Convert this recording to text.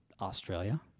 Australia